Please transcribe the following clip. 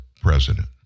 president